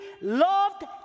loved